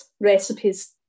recipes